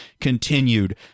continued